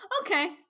okay